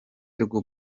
rwo